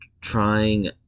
trying